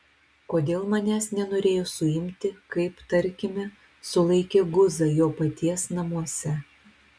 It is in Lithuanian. kodėl manęs nenorėjo suimti kaip tarkime sulaikė guzą jo paties namuose